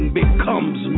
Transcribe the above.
becomes